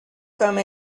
come